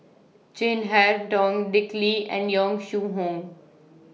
Chin Harn Tong Dick Lee and Yong Shu Hoong